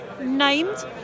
named